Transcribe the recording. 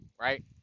right